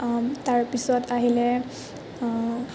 তাৰপিছত আহিলে